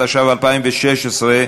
התשע"ו 2016,